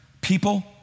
people